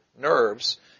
nerves